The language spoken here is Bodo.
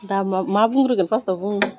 दा मा मा बुंग्रोगोन फास्टआव बुं